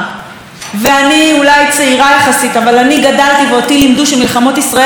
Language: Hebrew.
אבל אני גדלתי ואותי לימדו שמלחמות ישראל הן מלחמות אין ברירה.